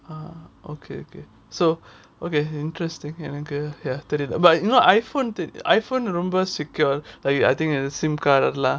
ah okay okay so okay interesting எனக்கு தெரியல:enaku theriala ya but iphone iphone ரொம்ப:romba secure like I think the SIM card அதுலாம்:adhulam